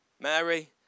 Mary